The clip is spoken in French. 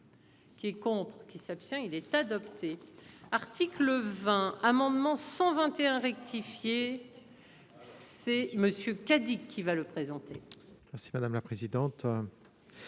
Qui est contre qui s'abstient il est adopté. Ah. Le 20, amendement 121. Keffieh. C'est monsieur Cadic qui va le présenter. Merci madame la présidente.